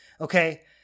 Okay